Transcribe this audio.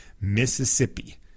mississippi